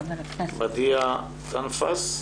אחריה בדיעה חניפס.